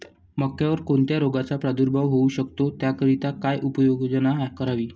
मक्यावर कोणत्या रोगाचा प्रादुर्भाव होऊ शकतो? त्याकरिता काय उपाययोजना करावी?